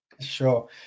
sure